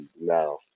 no